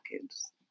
kids